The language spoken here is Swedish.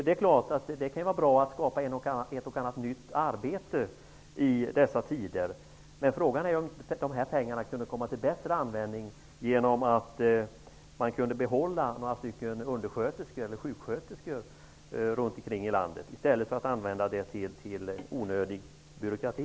Det kan vara bra att skapa ett och annat nytt arbete i dessa tider, men frågan är om dessa pengar inte kunde komma till bättre användning. Man skulle kunna behålla några undersköterskor eller sjuksköterskor i landet i stället för att använda pengarna till onödig byråkrati.